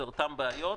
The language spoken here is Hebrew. זה אותן בעיות.